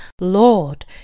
Lord